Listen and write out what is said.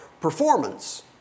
performance